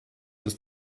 ist